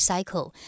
Cycle